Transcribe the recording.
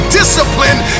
discipline